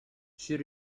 she